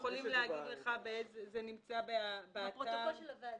זה פרוטוקול של הוועדה.